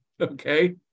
okay